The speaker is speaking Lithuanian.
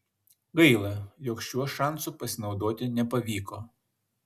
gaila jog šiuo šansu pasinaudoti nepavyko